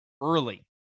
early